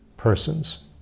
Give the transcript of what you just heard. Persons